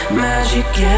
magic